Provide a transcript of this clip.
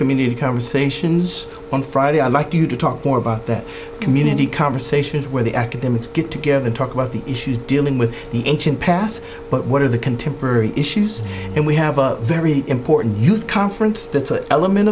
community conversations on friday i'd like you to talk more about their community conversations where the academics get together and talk about the issues dealing with the ancient past but what are the contemporary issues and we have a very important youth conference that element